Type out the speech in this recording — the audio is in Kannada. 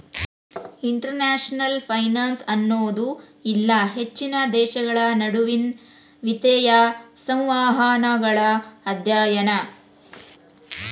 ಇಂಟರ್ನ್ಯಾಷನಲ್ ಫೈನಾನ್ಸ್ ಅನ್ನೋದು ಇಲ್ಲಾ ಹೆಚ್ಚಿನ ದೇಶಗಳ ನಡುವಿನ್ ವಿತ್ತೇಯ ಸಂವಹನಗಳ ಅಧ್ಯಯನ